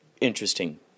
interesting